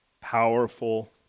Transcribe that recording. powerful